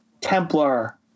Templar